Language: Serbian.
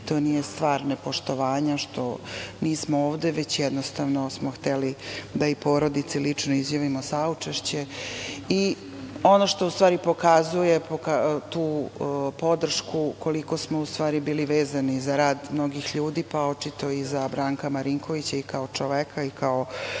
nije stvar nepoštovanja što nismo ovde, već jednostavno smo hteli da i porodici lično izjavimo saučešće. U stvari, ono što pokazuje tu podršku, koliko smo u stvari bili vezani za rad mnogih ljudi, pa očito i za Branka Marinkovića, i kao čoveka i kao